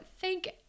Thank